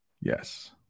yes